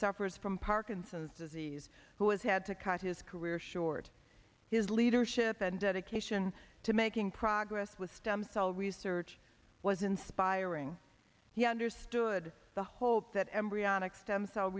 suffers from parkinson's disease who has had to cut his career short his leadership and dedication to making progress with stem cell research was inspiring he understood the hope that embryonic stem cell